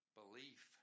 belief